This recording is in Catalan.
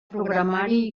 programari